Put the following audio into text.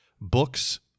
books